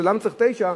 למה צריך 9?